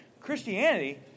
Christianity